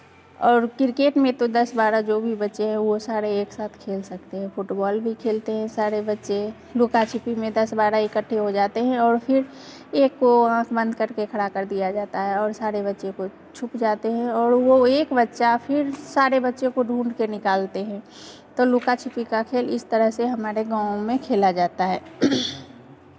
और क्रिकेट में तो दस बारह जो भी बच्चे हैं वो सारे एक साथ खेल सकते हैं फ़ुटबॉल भी खेलते हैं सारे बच्चे लुका छिपी में दस बारह इकट्ठे हो जाते हैं और फिर एक को आँख बंद करके खड़ा कर दिया जाता है और सारे बच्चे को छुप जाते हैं और वो एक बच्चा फिर सारे बच्चे को ढूँढ के निकालते हैं तो लुका छिपी का खेल इस तरह से हमारे गाँव में खेला जाता है